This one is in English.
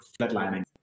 flatlining